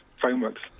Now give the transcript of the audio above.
frameworks